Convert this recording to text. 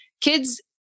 kids